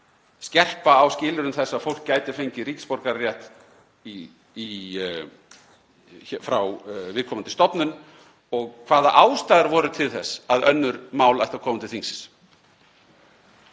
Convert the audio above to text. skerpa á skilyrðum þess að fólk gæti fengið ríkisborgararétt frá viðkomandi stofnun og hvaða ástæður voru til þess að önnur mál ættu að koma til þingsins.